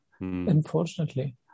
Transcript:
unfortunately